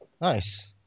Nice